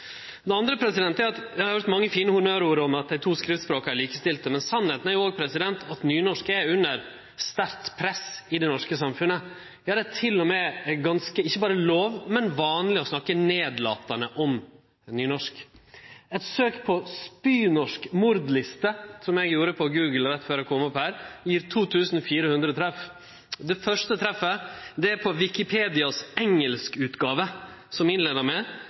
Det andre er at eg har høyrt mange fine honnørord om at dei to skriftsspråka er likestilte, men sanninga er jo òg at nynorsk er under sterkt press i det norske samfunnet. Ja, det er til og med ikkje berre lov, men ganske vanleg å snakke nedlatande om nynorsk. Eit søk på «spynorsk mordliste» som eg gjorde på Google rett før eg kom opp her, gav 2 400 treff. Det første treffet var Wikipedias engelskutgåve, som innleiar med: